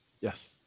Yes